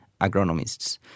agronomists